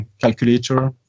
calculator